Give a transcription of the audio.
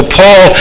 paul